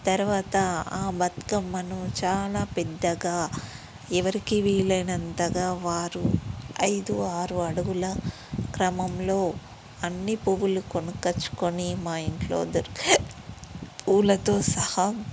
తర్వాత ఆ బతుకమ్మను చాలా పెద్దగా ఎవరికి వీలైనంతగా వారు ఐదు ఆరు అడుగుల క్రమంలో అన్నీ పువ్వులు కొనకొచ్చుకొని మా ఇంట్లో అందరూ పూలతో సహా